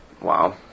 wow